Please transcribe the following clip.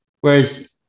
whereas